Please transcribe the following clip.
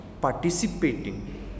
participating